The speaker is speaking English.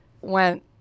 went